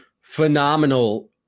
phenomenal